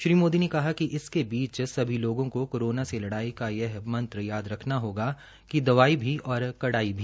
श्री मोदी ने कहा कि इसके बीच सभी लोगों को कोरोना से ल्डाई का यह मंत्र याद रखना होगा कि दवाई भी कड़ाई भी